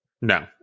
No